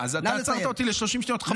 אבל